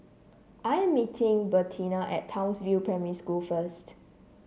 I am meeting Bertina at Townsville Primary School first